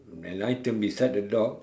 an item beside the dog